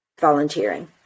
volunteering